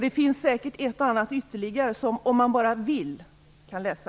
Det finns säkert ett och annat ytterligare som man, om man bara vill, kan läsa.